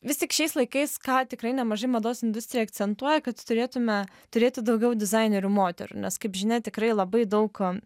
vis tik šiais laikais ką tikrai nemažai mados industrija akcentuoja kad turėtume turėti daugiau dizainerių moterų nes kaip žinia tikrai labai daug